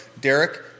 Derek